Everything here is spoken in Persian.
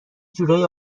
جورایی